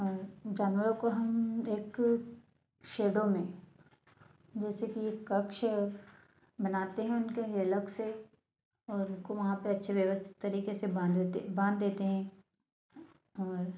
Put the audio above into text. और जानवरों को हम एक शैडो में जैसे की एक कक्ष बनाते हैं उनके लिए अलग से और उनको वहाँ पर अच्छे व्यवस्थित तरीके से बांधते बांध देते हैं और